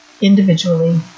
individually